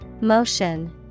Motion